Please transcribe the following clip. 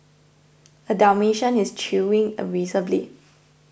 a dalmatian is chewing a razor blade